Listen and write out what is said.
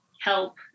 help